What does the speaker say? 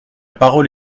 parole